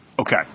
Okay